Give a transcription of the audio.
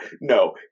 no